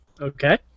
Okay